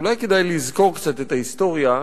אולי כדאי לזכור קצת את ההיסטוריה,